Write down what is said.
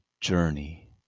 journey